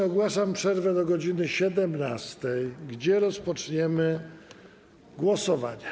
Ogłaszam przerwę do godz. 17, kiedy rozpoczniemy głosowania.